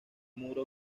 muro